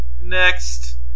Next